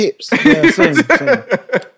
tips